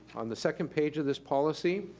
on the second page of this policy,